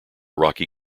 rocky